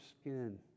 skin